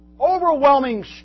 overwhelming